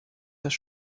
das